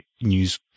news